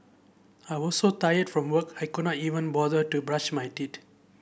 I was so tired from work I could not even bother to brush my teeth